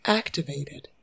activated